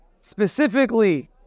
specifically